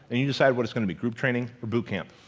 and you decide what it's gonna be group training or boot camp,